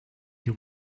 you